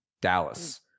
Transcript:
Dallas